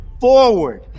forward